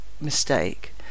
mistake